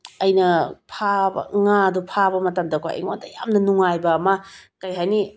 ꯑꯩꯅ ꯐꯥꯕ ꯉꯥꯗꯣ ꯐꯥꯕ ꯃꯇꯝꯗꯀꯣ ꯑꯩꯉꯣꯟꯗ ꯌꯥꯝꯅ ꯅꯨꯡꯉꯥꯏꯕ ꯑꯃ ꯀꯩ ꯍꯥꯏꯅꯤ